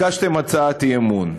ביקשתם הצעת אי-אמון.